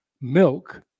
milk